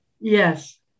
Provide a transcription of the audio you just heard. yes